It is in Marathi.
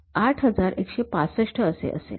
८१६५ असे असेल